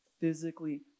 physically